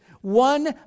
One